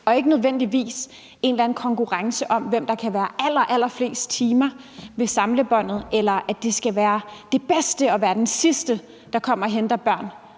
en eller anden konkurrence om, hvem der kan være allerflest timer ved samlebåndet, eller at det er den sidste, der kommer og henter børn